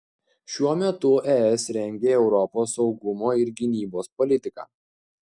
šiuo metu es rengia europos saugumo ir gynybos politiką